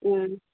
ꯎꯝ